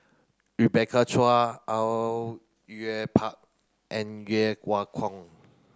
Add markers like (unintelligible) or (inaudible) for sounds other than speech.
Rebecca Chua Au Yue Pak and (unintelligible) Keung